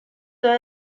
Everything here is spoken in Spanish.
todo